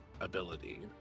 ability